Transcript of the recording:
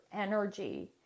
energy